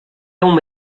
uma